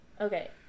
Okay